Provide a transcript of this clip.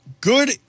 good